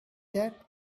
that